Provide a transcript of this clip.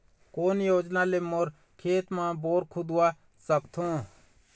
कोन योजना ले मोर खेत मा बोर खुदवा सकथों?